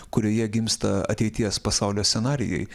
kurioje gimsta ateities pasaulio scenarijai